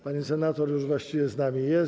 Pani senator już właściwie z nami jest.